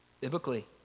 biblically